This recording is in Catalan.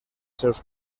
seus